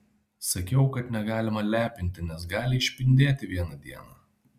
sakiau kad negalima lepinti nes gali išpindėti vieną dieną